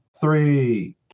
three